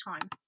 time